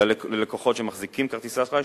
ללקוחות שמחזיקים כרטיסי אשראי,